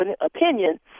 opinion